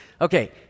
Okay